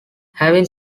having